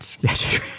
Yes